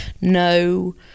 no